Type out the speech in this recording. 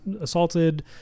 assaulted